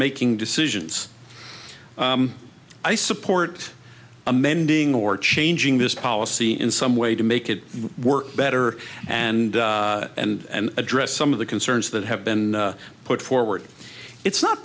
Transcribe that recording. making decisions i support amending or changing this policy in some way to make it work better and and address some of the concerns that have been put forward it's not